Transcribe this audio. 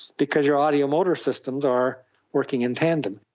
because your audio motor systems are working in tandem.